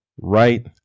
right